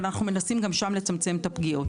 אבל אנחנו מנסים גם שם לצמצם את הפגיעות.